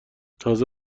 تازه